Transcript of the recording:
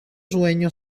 sueño